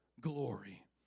glory